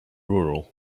rural